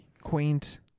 quaint